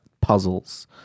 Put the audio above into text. puzzles